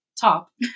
top